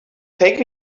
take